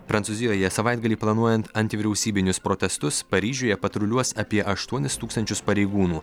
prancūzijoje savaitgalį planuojant antivyriausybinius protestus paryžiuje patruliuos apie aštuonis tūkstančius pareigūnų